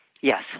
Yes